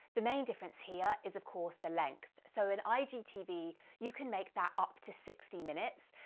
the main difference here is of course the length. so in igtv, you can make that up to sixty minutes.